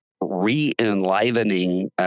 re-enlivening